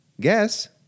Guess